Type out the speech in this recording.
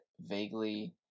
vaguely